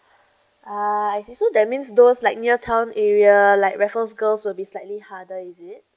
ah I see so that means those like near town area like raffles girls will be slightly harder is it